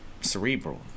cerebral